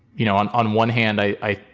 you know, on on one hand, i,